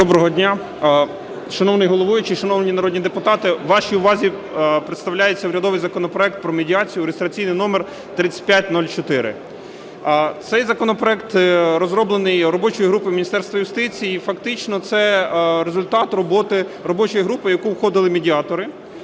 Доброго дня, шановний головуючий, шановні народні депутати, вашій увазі представляється урядовий законопроект про медіацію (реєстраційний номер 3504). Цей законопроект розроблений робочою групою Міністерства юстиції, і фактично це результат роботи робочої групи, в яку входили медіатори.